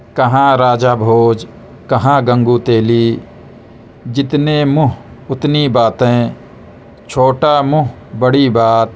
کہاں راجہ بھوج کہاں گنگو تیلی جتنے منہ اتنی باتیں چھوٹا منہ بڑی بات